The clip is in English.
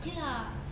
okay lah